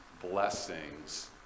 blessings